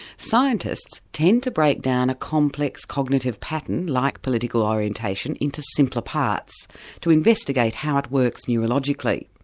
scientists tend to break down a complex cognitive pattern like political orientation into simpler parts to investigate how it works neurologically.